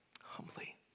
humbly